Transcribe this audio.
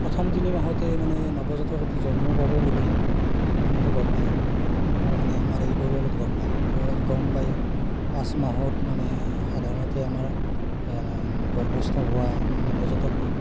প্ৰথম তিনিমাহতে মানে নৱজাতক এটি জন্ম পাব বুলি মানুহে গম পায় আমাৰ মানে আমাৰ এই পৰিয়ালত গম পায় পৰিয়ালত গম পায় পাঁচ মাহত মানে সাধাৰণতে আমাৰ গৰ্ভস্থ হোৱা নৱজাতকটো